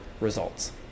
results